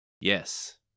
Yes